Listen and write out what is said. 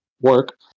work